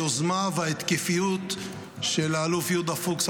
היוזמה וההתקפיות של האלוף יהודה פוקס,